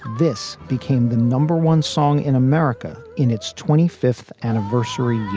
this became the number one song in america in its twenty fifth anniversary yeah